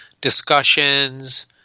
discussions